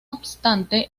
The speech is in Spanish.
obstante